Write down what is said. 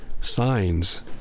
signs